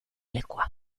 lekua